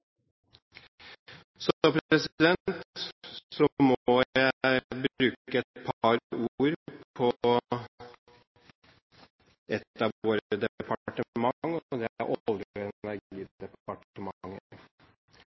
Så må jeg bruke et par ord på et av våre departementer, og det er